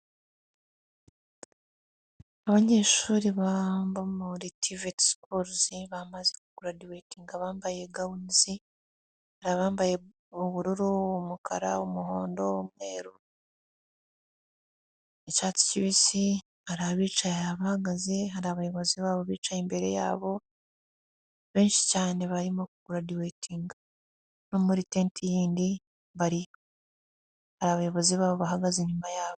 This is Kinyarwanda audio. Abanyeshuri bo muri TVET schools bamaze ku graduatinga bambaye gauts hari abambaye ubururu, umukara, umuhondo, umweru n'icyatsi kibisi hari abicaye, hari abahagaze hari abayobozi babo babicaye imbere yabo benshi cyane barimo ku graduatinga no muri tente yindi hari abayobozi babo bahagaze inyuma yabo.